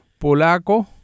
polaco